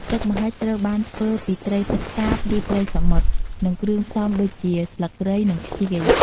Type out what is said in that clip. ទឹកម្ហិចត្រូវបានធ្វើពីត្រីទឹកសាប ឬត្រីសមុទ្រ និងគ្រឿងផ្សំដូចជា ស្លឹកគ្រៃ និងខ្ជាយ។